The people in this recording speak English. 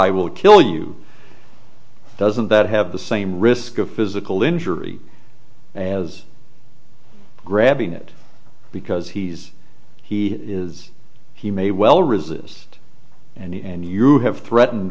i will kill you doesn't that have the same risk of physical injury as grabbing it because he's he is he may well resist and you have threatened